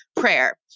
prayer